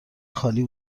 خالی